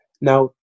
Now